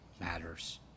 matters